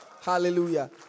Hallelujah